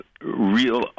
real